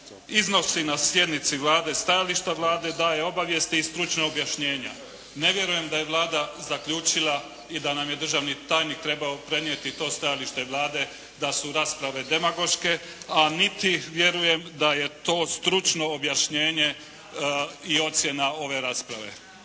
iznosi na sjednici Vlade stajališta Vlade, daje obavijesti i stručna obavještenje. Ne vjerujem da je Vlada zaključila i da nam je državni tajnik trebao prenijeti to stajalište Vlade da su rasprave demagoške, a niti vjerujem da je to stručno objašnjenje i ocjena ove rasprave.